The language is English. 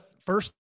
first